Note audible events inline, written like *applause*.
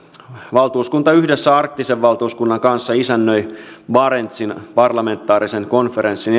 valtuuskunta yhdessä arktisen valtuuskunnan kanssa isännöi barentsin parlamentaarisen konferenssin *unintelligible*